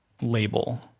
label